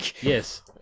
Yes